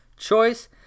Choice